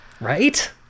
Right